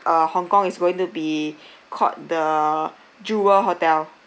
uh hong kong is going to be called the jewel hotel